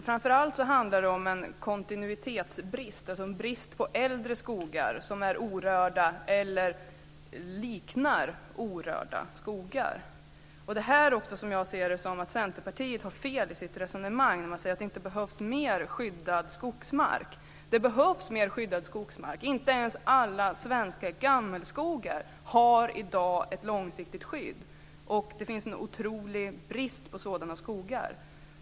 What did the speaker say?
Framför allt handlar det om en kontinuitetsbrist, en brist på äldre skogar som är orörda eller liknar orörda skogar. Centerpartiet har fel i sitt resonemang när de säger att det inte behövs mer skyddad skogsmark. Det behövs mer skyddad skogsmark. Inte ens alla svenska gammelskogar har i dag ett långsiktigt skydd. Det finns en otrolig brist på sådana skogar.